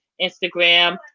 instagram